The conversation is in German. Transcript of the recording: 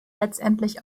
letztendlich